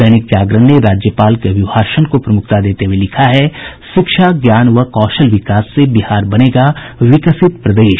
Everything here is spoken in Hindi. दैनिक जागरण ने राज्यपाल के अभिभाषण को प्रमुख देते हुए लिखा है शिक्षा ज्ञान व कौशल विकास से बिहार बनेगा विकसित प्रदेश